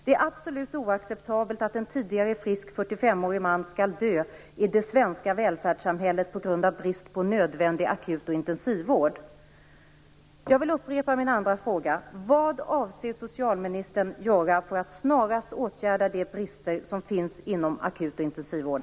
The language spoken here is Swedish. Det är absolut oacceptabelt att en tidigare frisk 45-årig man skall dö i det svenska välfärdssamhället på grund av brist på nödvändig akut och intensivvård.